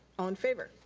all in favor?